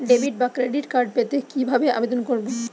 Debit বা credit card পেতে কি ভাবে আবেদন করব?